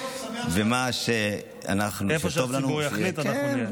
ומה שטוב לנו, איפה שהציבור יחליט, אנחנו נהיה.